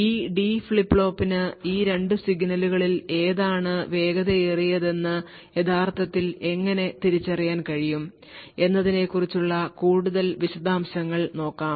ഈ D flip ഫ്ലോപ്പിന് ഈ 2 സിഗ്നലുകളിൽ ഏതാണ് വേഗതയേറിയത് എന്ന് യഥാർത്ഥത്തിൽ എങ്ങനെ തിരിച്ചറിയാൻ കഴിയും എന്നതിനെക്കുറിച്ചുള്ള കൂടുതൽ വിശദാംശങ്ങൾ നോക്കാം